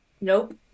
Nope